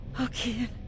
Okay